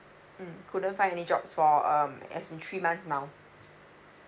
mm couldn't find any jobs for um as in three months now